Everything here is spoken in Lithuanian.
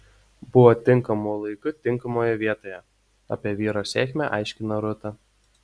buvo tinkamu laiku tinkamoje vietoje apie vyro sėkmę aiškina rūta